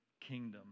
kingdom